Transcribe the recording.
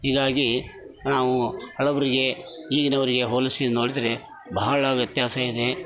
ಹೀಗಾಗಿ ನಾವು ಹಳಬರಿಗೆ ಈಗಿನವರಿಗೆ ಹೋಲಿಸಿ ನೋಡಿದರೆ ಬಹಳ ವ್ಯತ್ಯಾಸ ಇದೆ